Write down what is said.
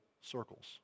circles